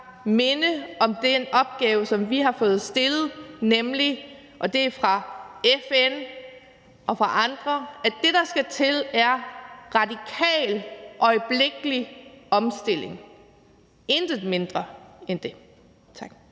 minde om den opgave, som vi har fået stillet fra FN og fra andre, nemlig at det, der skal til, er en radikal og øjeblikkelig omstilling – intet mindre end det. Tak.